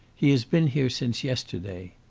he has been here since yesterday.